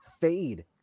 fade